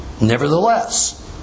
Nevertheless